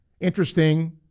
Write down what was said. Interesting